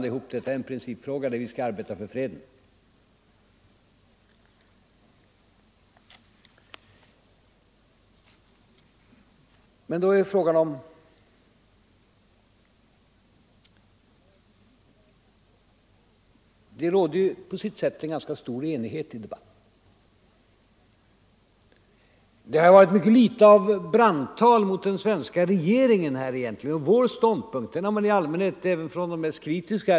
Vad vi nu diskuterar är en principfråga, nämligen hur vi skall arbeta för freden. Men det råder på sätt och vis ganska stor enighet ändå i denna debatt. Det har förekommit mycket litet av brandtal mot den svenska regeringen och vår ståndpunkt. Den har man i allmänhet ställt upp bakom, även de mest kritiska.